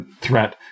threat